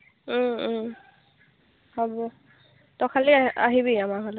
হ'ব তই খালি আহিবি আমাৰ ঘৰলৈ